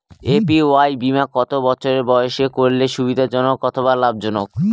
APY বীমা কত বছর বয়সে করলে সুবিধা জনক অথবা লাভজনক?